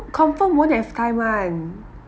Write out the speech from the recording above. confirm won't have time [one]